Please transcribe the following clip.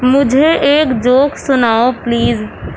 مجھے ایک جوک سناؤ پلیز